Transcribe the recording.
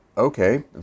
okay